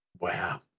Wow